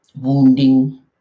wounding